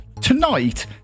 tonight